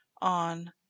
on